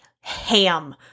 ham